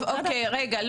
טוב רגע,